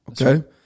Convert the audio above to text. Okay